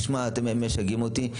אתם משגעים אותי,